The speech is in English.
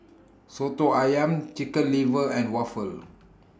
Soto Ayam Chicken Liver and Waffle